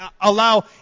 allow